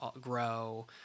grow